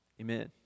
amen